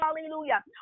hallelujah